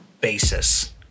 basis